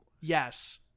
Yes